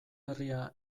herria